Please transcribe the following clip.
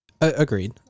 Agreed